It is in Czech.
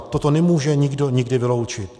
Toto nemůže nikdo nikdy vyloučit.